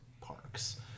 parks